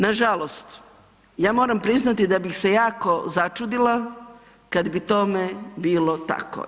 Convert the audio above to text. Nažalost ja moram priznati da bih se jako začudila kad bi tome bilo tako.